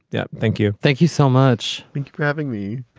yeah. thank you thank you so much for having me.